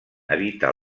habita